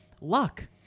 Luck